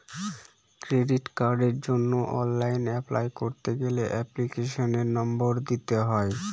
credit কার্ডের জন্য online apply করতে গেলে এপ্লিকেশনের নম্বর দিতে হয়